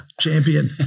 champion